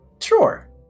Sure